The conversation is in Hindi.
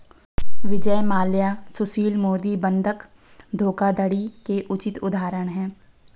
विजय माल्या सुशील मोदी बंधक धोखाधड़ी के उचित उदाहरण है